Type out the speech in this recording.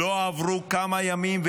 לא עברו כמה ימים,